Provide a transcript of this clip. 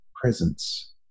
presence